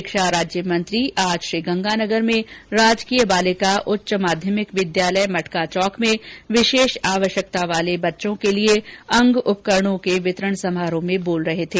शिक्षा राज्यमंत्री आज श्रीगंगानगर में राजकीय बालिका उच्च माध्यमिक विद्यालय मटका चौक में विशेष आवश्यकता वाले बच्चों के लिए अंग उपकरणों के वितरण समारोह में बोल रहे थे